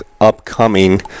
upcoming